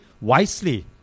wisely